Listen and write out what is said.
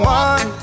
one